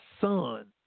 son